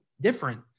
different